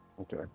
Okay